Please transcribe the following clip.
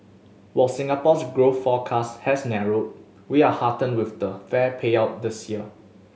while Singapore's growth forecast has narrowed we are heartened with the fair payout this year